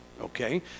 okay